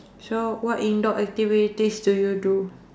so what indoor activities do you do